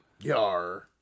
Yar